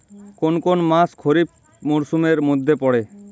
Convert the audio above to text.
কোন কোন মাস খরিফ মরসুমের মধ্যে পড়ে?